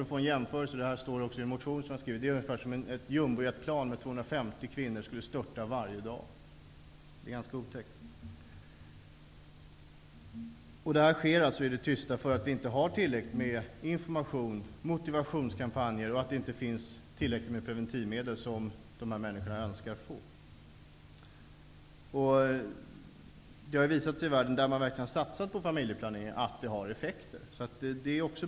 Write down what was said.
Som en jämförelse kan nämnas att det är ungefär som om ett jumbojetplan med 250 kvinnor skulle störta varje dag. Det står också i en motion som jag har skrivit. Det är ganska otäckt. Detta sker alltså i det tysta därför att vi inte har tillräckligt med information och motivationskampanjer och därför att det inte finns tillräckligt med preventivmedel som dessa människor önskar få. Där man verkligen har satsat på familjeplanering har det visat sig att det har effekter.